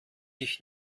dich